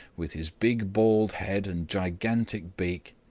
with his big bald head, and gigantic beak.